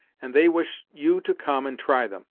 and they wish you to come and try them.